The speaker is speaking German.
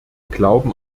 glauben